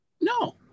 No